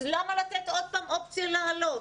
אז למה לתת עוד פעם אופציה לעלות?